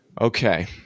Okay